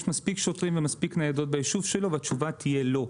מספיק שוטרים ומספיק ניידות בישוב שלו והתשובה תהיה לא.